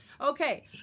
Okay